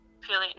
feeling